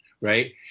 Right